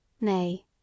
Nay